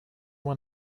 when